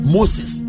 Moses